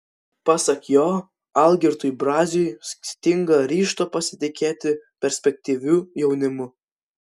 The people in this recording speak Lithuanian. pasak jo algirdui braziui stinga ryžto pasitikėti perspektyviu jaunimu